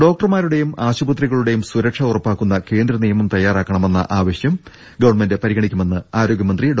ഡോക്ടർമാരുടെയും ആശുപത്രികളുടെയും സുരക്ഷ ഉറ പ്പാക്കുന്ന കേന്ദ്ര നിയമം തയ്യാറാക്കണമെന്ന ആവശ്യം ഗവൺമെന്റ് പരിഗണിക്കുമെന്ന് ആരോഗ്യമന്ത്രി ഡോ